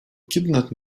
kidnap